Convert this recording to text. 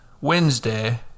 Wednesday